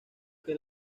que